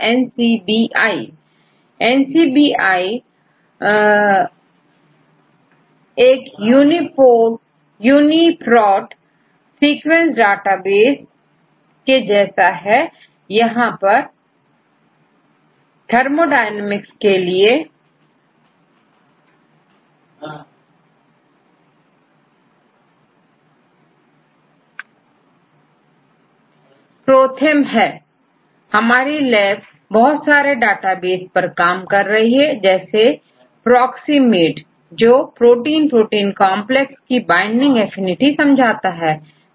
स्टूडेंटNCBI यह यूनीपोर्ट के समान सीक्विंस डेटाबेस है थर्मोडायनेमिक्स के लिए right Prothermहै हमारी लैब बहुत सारे डेटाबेस पर काम कर रही है जैसेPROXiMATEजो protein protein complexकी बाइंडिंग एफिनिटी समझाता है